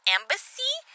Embassy